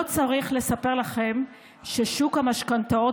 לא צריך לספר לכם ששוק המשכנתאות